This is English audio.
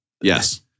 Yes